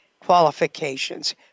qualifications